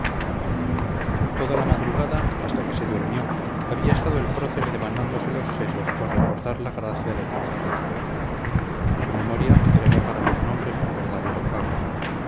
toda la madrugada hasta que se durmió había estado el prócer devanándose los sesos por recordar la gracia de aquel sujeto su memoria era ya para los nombres un verdadero caos